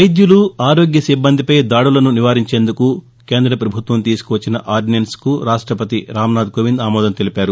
వైద్యులు ఆరోగ్య సిబ్బందిపై దాడులను నివారించేందుకు కేంద్ర ప్రభుత్వం తీసుకొచ్చిన ఆర్డినెన్స్కు రాష్లపతి రాంనాధ్ కోవింద్ ఆమోదం తెలిపారు